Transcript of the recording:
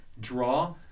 draw